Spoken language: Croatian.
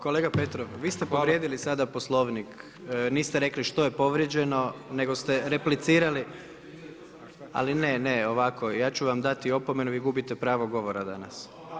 Kolega Petrov, vi ste povrijedili sada Poslovnik, niste rekli što je povrijeđeno, nego ste replicirali … [[Upadica se ne čuje.]] Ali ne, ne, ovako, ja ću vam dati opomenu, vi gubite pravo govora danas.